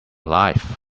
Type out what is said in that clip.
life